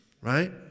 right